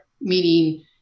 meaning